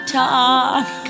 talk